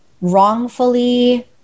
wrongfully